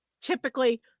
typically